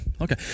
Okay